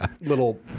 little